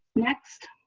next,